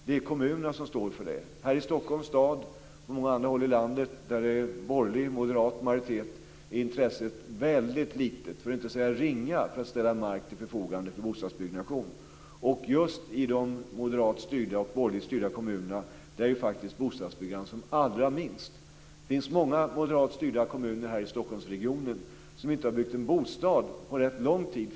Det är kommunerna som står för den marken. Här i Stockholms stad och på många andra håll i landet där det är borgerlig eller moderat majoritet är intresset väldigt litet - för att inte säga ringa - för att ställa mark till förfogande för bostadsproduktion. Just i de moderat styrda och borgerligt styrda kommunerna är bodstadsbyggandet som allra minst. Det finns många moderat styrda kommuner här i Stockholmsregionen där det inte har byggts en bostad på rätt lång tid.